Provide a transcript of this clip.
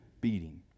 beating